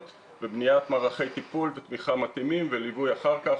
ובניית מערכי טיפול ותמיכה מתאימים וליווי אחר כך,